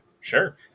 sure